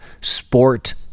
sport